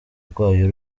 rwayo